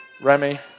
Remy